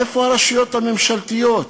איפה הרשויות הממשלתיות?